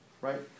right